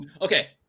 okay